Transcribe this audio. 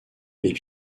les